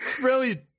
Brilliant